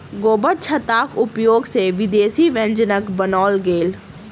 गोबरछत्ताक उपयोग सॅ विदेशी व्यंजनक बनाओल गेल